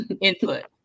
input